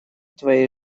твоей